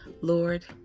Lord